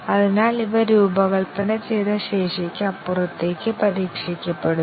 അതിനാൽ ഇവ രൂപകൽപ്പന ചെയ്ത ശേഷിക്ക് അപ്പുറത്തേക്ക് പരീക്ഷിക്കപ്പെടുന്നു